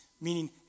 Meaning